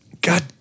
God